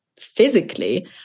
physically